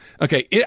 okay